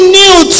new